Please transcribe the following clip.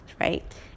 right